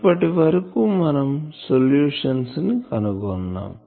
ఇప్పటి వరకు మనం సోలుషన్స్ ని కనుగొన్నాం